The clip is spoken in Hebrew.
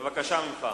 בבקשה ממך.